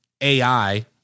AI